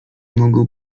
mogą